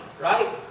right